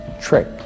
trick